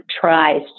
tries